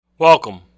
Welcome